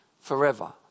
forever